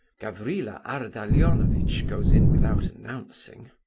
gavrila ardalionovitch goes in without announcing.